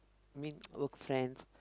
mean work friends